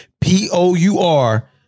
P-O-U-R